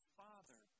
father